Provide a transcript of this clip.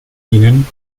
ihnen